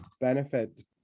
benefit